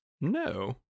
no